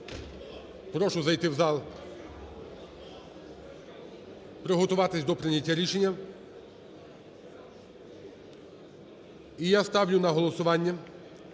прошу зайти в зал, приготуватися до прийняття рішення. І я ставлю на голосування